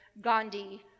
Gandhi